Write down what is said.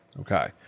Okay